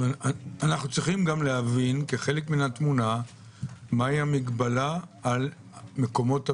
צריכים להבין כחלק מן התמונה מה המגבלה על מקומות הבידוד.